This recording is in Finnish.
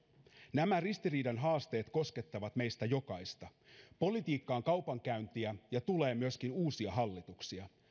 nämä ristiriidan haasteet koskettavat meistä jokaista politiikka on kaupankäyntiä ja tulee myöskin uusia hallituksia